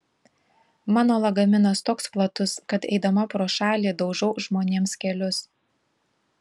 mano lagaminas toks platus kad eidama pro šalį daužau žmonėms kelius